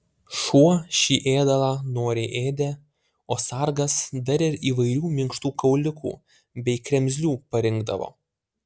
šuo šį ėdalą noriai ėdė o sargas dar ir įvairių minkštų kauliukų bei kremzlių parinkdavo